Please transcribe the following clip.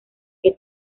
que